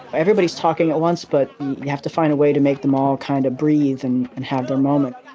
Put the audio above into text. everybody's talking at once, but you have to find a way to make them all kind of breathe and and have their moment.